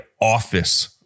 office